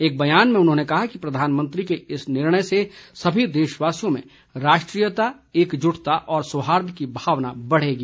एक बयान में उन्होंने कहा कि प्रधानमंत्री के इस निर्णय से सभी देशवासियों में राष्ट्रीयता एकजुटता और सौहार्द की भावना बढ़ेगी